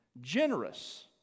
generous